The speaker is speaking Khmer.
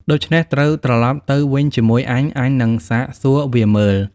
ដូច្នេះត្រូវត្រឡប់ទៅវិញជាមួយអញ អញនឹងសាកសួរវាមើល៍"។